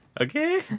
Okay